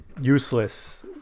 useless